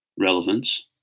relevance